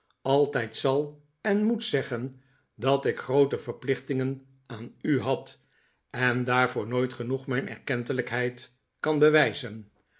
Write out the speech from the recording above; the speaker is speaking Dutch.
altijd zal en moet zeggen dat ik groote verplichtingen aan u had en daarvoor nooit genoeg mijn erkentelijkheid kan bewijzen